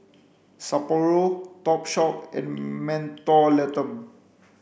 Sapporo Topshop and Mentholatum